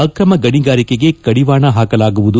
ಆಕ್ರಮ ಗಣಿಗಾರಿಕೆಗೆ ಕಡಿವಾಣ ಹಾಕಲಾಗುವುದು